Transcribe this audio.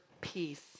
peace